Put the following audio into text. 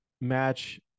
match